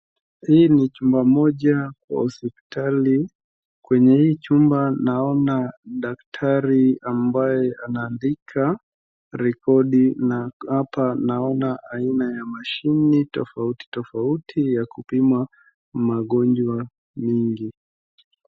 Hii ni chumba moja wa hospitali. Kwenye hii chumba naona daktari ambaye anaandika rekodi na hapa naona aina ya mashini tofauti tofauti ya kupima magonjwa mingi.